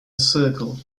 circle